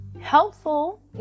helpful